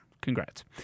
congrats